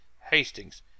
Hastings